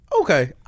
Okay